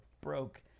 broke